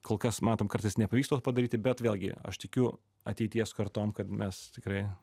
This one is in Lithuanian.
kol kas matom kartais nepavyksta to padaryti bet vėlgi aš tikiu ateities kartom kad mes tikrai